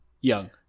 young